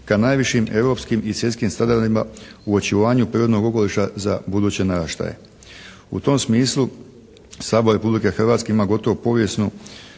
ka najvišim europskim i svjetskim standardima u očuvanju prirodnog okoliša za buduće naraštaje. U tom smislu Sabor Republike Hrvatske ima gotovo povijesnu